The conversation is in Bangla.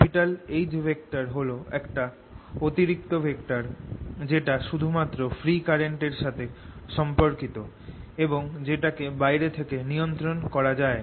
H হল একটা অতিরিক্ত ভেক্টর যেটা শুধু মাত্র ফ্রী কারেন্ট এর সাথে সম্পর্কিত এবং যেটাকে বাইরে থেকে নিয়ন্ত্রণ করা যায়